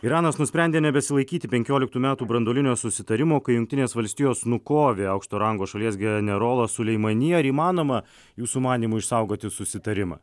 iranas nusprendė nebesilaikyti penkioliktųjų metų branduolinio susitarimo kai jungtinės valstijos nukovė aukšto rango šalies generolą suleimanį ar įmanoma jūsų manymu išsaugoti susitarimą